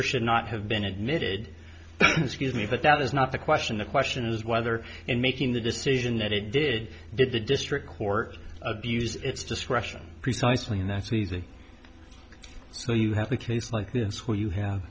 or should not have been admitted me but that is not the question the question is whether in making the decision that it did that the district court abused its discretion precisely and that's easy so you have a case like this where you have